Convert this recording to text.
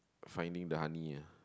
finding the honey ah